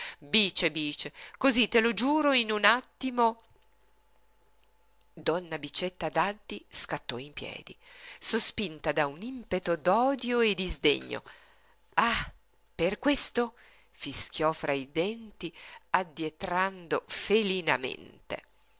bice bice cosí te lo giuro in un attimo donna bicetta daddi scattò in piedi sospinta da un impeto d'odio e di sdegno ah per questo fischiò fra i denti addietrando felinamente